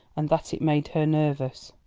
and that it made her nervous.